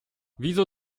wieso